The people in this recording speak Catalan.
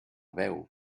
veu